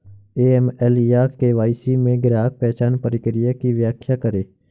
AML या KYC में ग्राहक पहचान प्रक्रिया की व्याख्या करें?